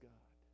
God